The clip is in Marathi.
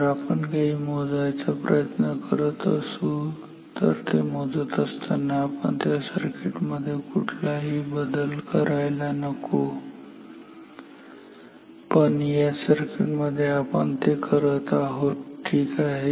जर आपण काही मोजायचा प्रयत्न करत असू तर ते मोजत असताना आपण त्या सर्किट मध्ये कुठलाही बदल करायला नको पण या सर्किट मध्ये आपण ते करत आहोत ठीक आहे